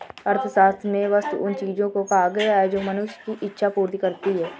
अर्थशास्त्र में वस्तु उन चीजों को कहा गया है जो मनुष्य की इक्षा पूर्ति करती हैं